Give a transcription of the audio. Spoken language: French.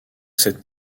cette